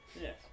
Yes